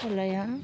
फिसाज्लाया